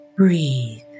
Breathe